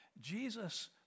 Jesus